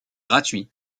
gratuits